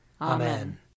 Amen